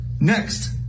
Next